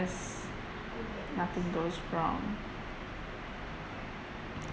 nothing goes wrong